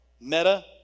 Meta